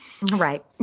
Right